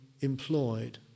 employed